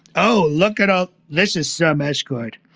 oh, look it up. this is so much good.